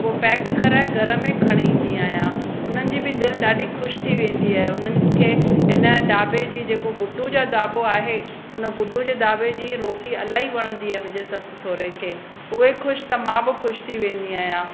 उहो पैक कराइ घर में खणी ईंदी आहियां उन्हनि जी बि दिलि ॾाढी ख़ुशि थी वेंदी आहे उन्हनि खे इन ढाबे जी जेको गुडू जा ढाबो आहे उन गुडो जे ढाबे जी रोटी इलाही वणंदी आहे मुंहिंजे ससु सोहरे खे उहे ख़ुशि त मां ख़ुशि थी वेंदी आहियां